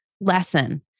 lesson